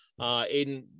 Aiden